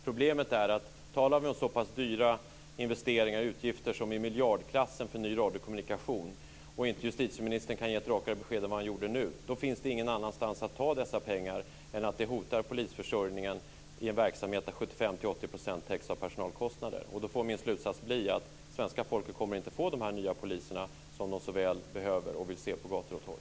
Problemet är att om vi talar om så pass dyra investeringar som ny radiokommunikation i miljardklassen och justitieministern inte kan ge ett rakare besked än vad han gjorde nu så finns det ingen annanstans att ta dessa pengar än från polisförsörjningen, som då hotas i en verksamhet där 75-80 % täcks av personalkostnader. Min slutsats får då bli att svenska folket inte kommer att få de nya poliser som det så väl behöver och vill se på gator och torg.